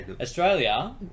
Australia